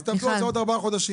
אז תעבדו על זה עוד ארבעה חודשים.